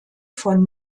von